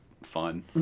fun